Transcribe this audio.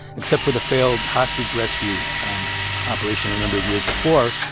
except for the failed hostage rescue operation a number of years before,